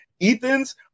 Ethan's